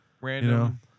Random